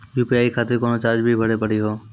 UPI खातिर कोनो charge भी भरी पड़ी हो?